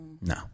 No